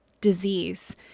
disease